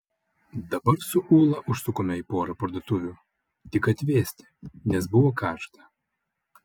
dabar su ūla užsukome į porą parduotuvių tik atvėsti nes buvo karšta